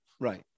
right